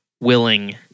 willing